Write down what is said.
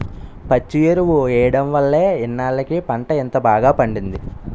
పచ్చి ఎరువు ఎయ్యడం వల్లే ఇన్నాల్లకి పంట ఇంత బాగా పండింది